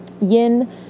yin